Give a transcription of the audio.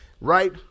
right